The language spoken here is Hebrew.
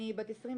אני בת 22,